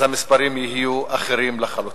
אז המספרים יהיו אחרים לחלוטין.